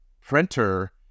printer